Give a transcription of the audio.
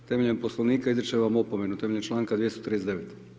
Temeljem Poslovnika izričem vam opomenu temeljem članka 239.